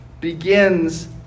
begins